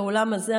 באולם הזה,